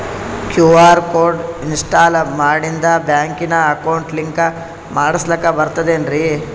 QR code install ಮಾಡಿಂದ ಬ್ಯಾಂಕಿನ account link ಮಾಡಸ್ಲಾಕ ಬರ್ತದೇನ್ರಿ